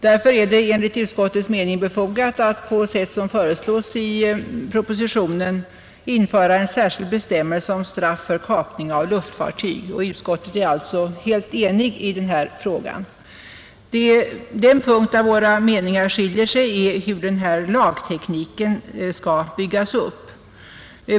Därför är det enligt utskottets mening befogat att på sätt som föreslås i propositionen införa en särskild bestämmelse om straff för kapning av luftfartyg. Utskottet är alltså helt enigt i denna fråga. Den punkt där våra meningar skiljer sig är hur lagtekniken skall byggas upp.